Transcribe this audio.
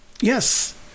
Yes